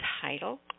title